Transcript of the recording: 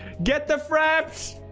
get the fraps,